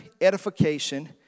edification